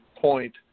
point